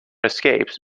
escapes